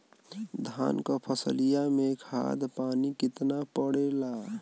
धान क फसलिया मे खाद पानी कितना पड़े ला?